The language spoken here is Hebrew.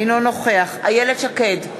אינו נוכח איילת שקד,